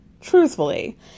Truthfully